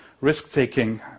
risk-taking